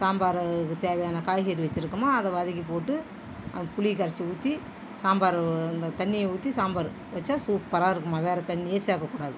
சாம்பார் அதுக்குத் தேவையான காய்கறி வச்சிருக்கோமா அதை வதக்கிப் போட்டு புளியை கரைச்சி ஊற்றி சாம்பாரை அந்த தண்ணியை ஊற்றி சாம்பார் வச்சா சூப்பராக இருக்கும்மா வேற தண்ணியே சேர்க்கக் கூடாது